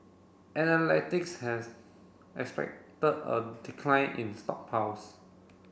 has expected a decline in stockpiles